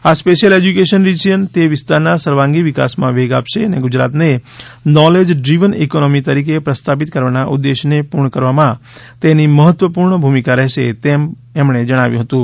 આ special education region તે વિસ્તારના સર્વાંગી વિકાસમાં વેગ આપશે અને ગુજરાતને નોલેજ ડ્રિવન ઈકોનોમી તરીકે પ્રસ્થાપિત કરવાના ઉદ્દેશ્યને પૂર્ણ કરવામાં તેની મહત્વપૂર્ણ ભૂમિકા રહેશે એમ તેમણે જણાવ્યું હતું